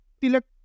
Tilak